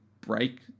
break